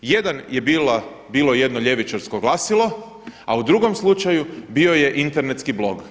Jedan je bilo jedno ljevičarsko glasilo, a u drugom slučaju bio je internetski blog.